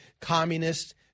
communist